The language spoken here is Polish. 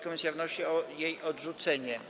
Komisja wnosi o jej odrzucenie.